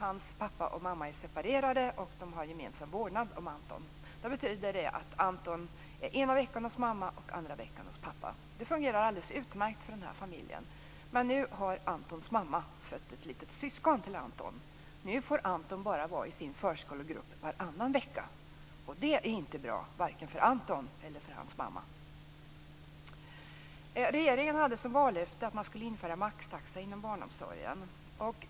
Antons pappa och mamma har separerat och har gemensam vårdnad om honom. Det innebär att Anton ena veckan är hos mamman och andra veckan hos pappan. Detta har fungerat alldeles utmärkt för den här familjen, men nu har Antons mamma fött ett litet syskon. Nu får Anton vara i sin förskolegrupp bara varannan vecka, och det är inte bra vare sig för Anton eller för hans mamma. Regeringen hade som vallöfte att man skulle införa maxtaxa inom barnomsorgen.